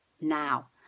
now